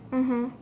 mmhmm